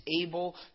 able